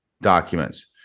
documents